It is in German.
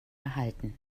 erhalten